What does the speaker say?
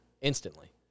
instantly